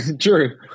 true